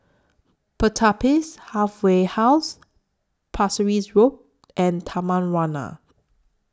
Pertapis Halfway House Pasir Ris Road and Taman Warna